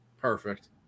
Perfect